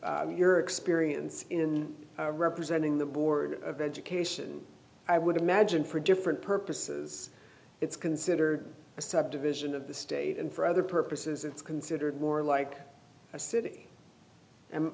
of your experience in representing the board of education i would imagine for different purposes it's considered a subdivision of the state and for other purposes it's considered more like a city and